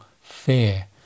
fear